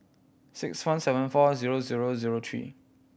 six one seven four zero zero zero three